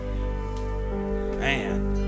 man